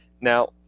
Now